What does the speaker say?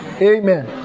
Amen